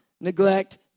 neglect